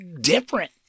different